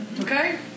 Okay